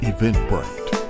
Eventbrite